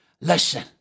Listen